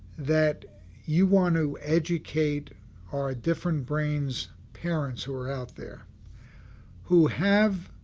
that you want to educate our different brains parent, who are out there who have